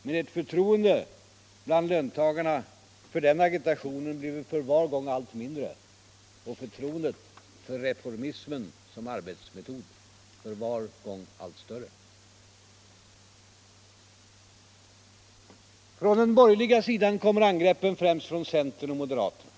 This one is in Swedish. Men ert förtroende bland löntagarna för den agitationen blir för varje gång allt mindre och förtroendet för reformismen som arbetsmetod för var gång allt större. Från den borgerliga sidan kommer angreppen främst från centern och moderaterna.